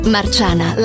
Marciana